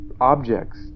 objects